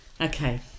Okay